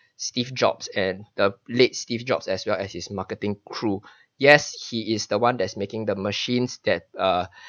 steve jobs and the late steve jobs as well as his marketing crew yes he is the one that is making the machines that err